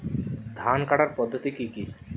ধান কাটার পদ্ধতি কি কি?